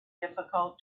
difficult